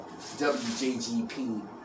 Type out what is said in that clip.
WJGP